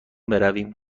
برویم